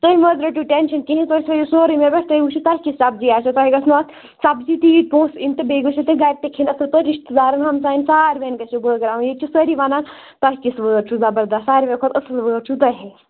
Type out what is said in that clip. تُہۍ مٔہ حظ رٔٹِو ٹیٚنشن کِہیٖنٛۍ تُہۍ تھٲوِو سورُے مےٚ پیٚٹھ تُہۍ وُچھِو تۄہہِ کِژھ سَبزی آسیٚو تۄہہِ گَژھنَو اَتھ سبزی تیٖتۍ پونٛسہٕ یِنۍ تہٕ بیٚیہِ گَٔژھِو تُہۍ گَرِ تہِ کھیٚنۍ اَصٕل پٲٹھۍ رِشتہٕ دارَن ہَمسایَن سارنٕے گٔژھِو بٲگراوٕنۍ ییٚتہِ چھِ سٲری ونان تۄہہِ کِژھ وٲر چھِ زَبردَست سارِوٕے کھۄتہٕ اَصٕل وٲر چھِو تۄہے